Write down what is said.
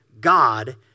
God